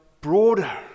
broader